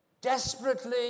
Desperately